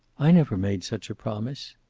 i never made such a promise.